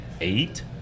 eight